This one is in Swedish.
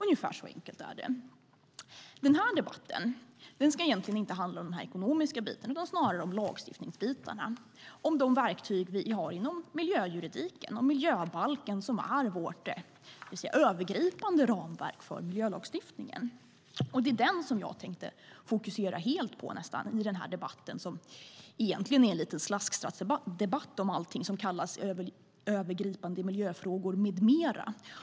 Ungefär så enkelt är det. Den här debatten ska egentligen inte handla om den ekonomiska biten utan snarare om lagstiftningsbitarna, alltså om de verktyg vi har inom miljöjuridiken och miljöbalken som är vårt övergripande ramverk för miljölagstiftningen. Det är den jag nästan helt tänker fokusera på i den här debatten som egentligen är lite av en slasktrattsdebatt om allt som kallas övergripande miljöfrågor med mera.